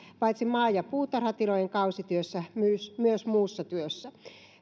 paitsi maa ja puutarhatilojen kausityössä myös myös muussa työssä